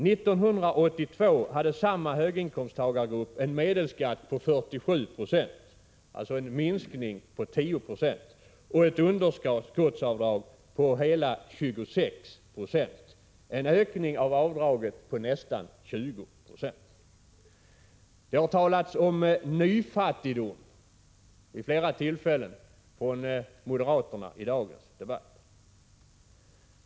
1982 hade samma höginkomsttagargrupp en medelskatt på 47 90, alltså en minskning med 10 96, och ett underskottsavdrag på hela 26 96, alltså en ökning av avdraget med nästan 20 96. Från moderaternas sida har man vid flera tillfällen i dagens debatt talat om nyfattigdom.